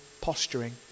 posturing